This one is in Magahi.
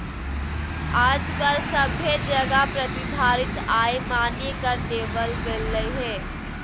आजकल सभे जगह प्रतिधारित आय मान्य कर देवल गेलय हें